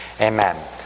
Amen